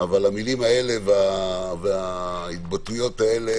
אבל המילים האלה וההתבטאויות האלה